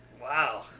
Wow